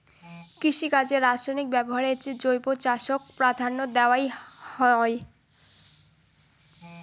কৃষিকাজে রাসায়নিক ব্যবহারের চেয়ে জৈব চাষক প্রাধান্য দেওয়াং হই